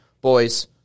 Boys